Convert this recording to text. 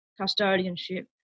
custodianship